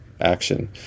action